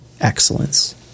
excellence